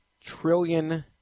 trillion